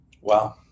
Wow